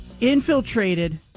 infiltrated